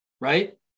right